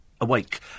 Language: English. Awake